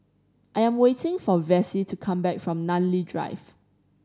I am waiting for Vassie to come back from Namly Drive